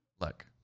Look